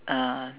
uh